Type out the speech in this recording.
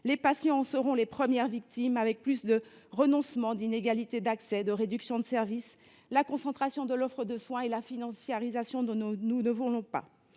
Les patients en seront les premières victimes, avec plus de renoncements, d’inégalités d’accès, de réductions de services, la concentration de l’offre de soins et la financiarisation dont nous ne voulons pas.